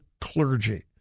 clergy